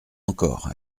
encore